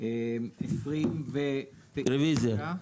רוויזיה.